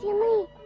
yeah ru